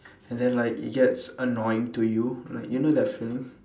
and then like it gets annoying to you like you know that feeling